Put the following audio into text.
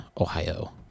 Ohio